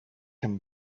him